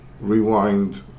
rewind